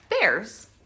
bears